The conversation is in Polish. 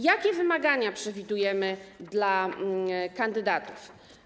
Jakie wymagania przewidujemy dla kandydatów?